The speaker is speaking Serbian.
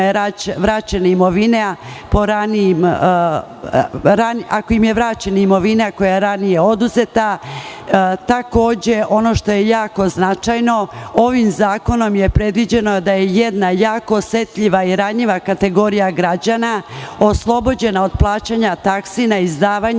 lica kojima je vraćena imovina koja je ranije oduzeta. Ono što je jako značajno, ovim zakonom je predviđeno da je jedna jako osetljiva i ranjiva kategorija građana oslobođena od plaćanje taksi na izdavanje